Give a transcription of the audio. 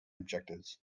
objectives